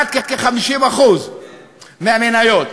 כמעט 50% מהמניות,